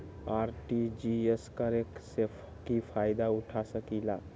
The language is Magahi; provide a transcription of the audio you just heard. आर.टी.जी.एस करे से की फायदा उठा सकीला?